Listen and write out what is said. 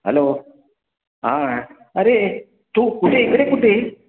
hello हां अरे तू कुठे इकडे कुठे